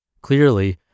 Clearly